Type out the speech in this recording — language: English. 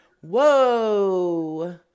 whoa